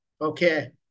okay